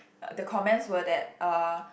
the comments were that uh